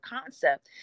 concept